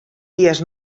dies